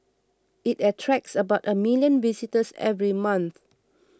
it attracts about a million visitors every month